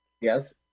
yes